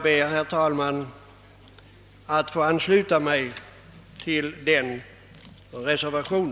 Jag ber att få ansluta mig till denna reservation.